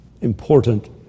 important